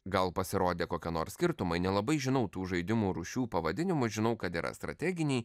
gal pasirodė kokie nors skirtumai nelabai žinau tų žaidimų rūšių pavadinimus žinau kad yra strateginiai